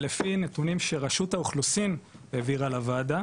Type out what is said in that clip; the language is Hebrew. שלפי נתונים שרשות האוכלוסין העבירה לוועדה